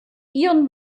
ihren